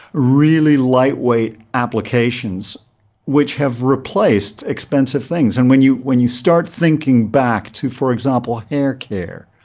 really lightweight applications which have replaced expensive things. and when you when you start thinking back to, for example, hair care,